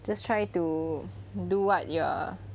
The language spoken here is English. just try to do what you are